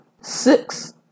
six